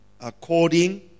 according